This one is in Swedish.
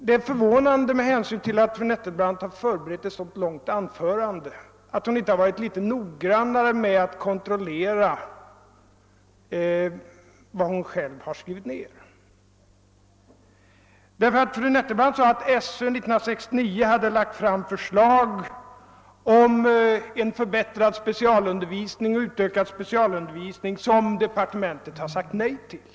Det är förvånande, med hänsyn till att fru Nettelbrandt har förberett ett så långt anförande, att hon inte har varit litet noggrannare med att kontrollera vad hon själv har skrivit ned. Fru Nettelbrandt sade att Sö år 1969 hade lagt fram förslag om en förbättrad och utökad specialundervisning, vilket departementet sade nej till.